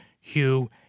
Hugh